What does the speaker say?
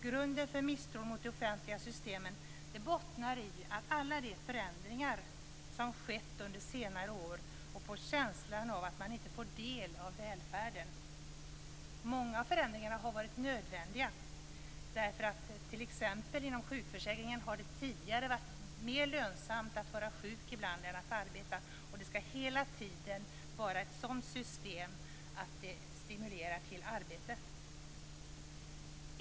Grunden för misstron mot de offentliga systemen bottnar i alla de förändringar som skett under senare år och i känslan av att man inte får del av välfärden. Många av förändringarna har varit nödvändiga. Inom sjukförsäkringen har det t.ex. tidigare ibland varit mer lönsamt att vara sjuk än att arbeta. Det skall hela tiden vara ett system som stimulerar till arbete.